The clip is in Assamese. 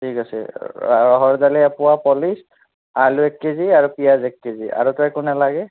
ঠিক আছে ৰহৰ দালি এপোৱা পলিছ আলু এক কেজি আৰু পিঁয়াজ এক কেজি আৰুতো একো নালাগে